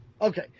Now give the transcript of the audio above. Okay